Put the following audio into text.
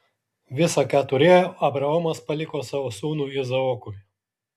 visa ką turėjo abraomas paliko savo sūnui izaokui